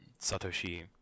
Satoshi